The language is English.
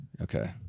Okay